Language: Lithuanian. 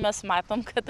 mes matom kad